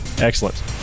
excellent